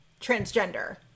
transgender